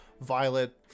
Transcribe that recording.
Violet